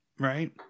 Right